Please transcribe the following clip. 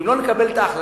שאם לא נקבל את ההחלטה,